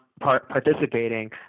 participating